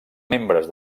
membres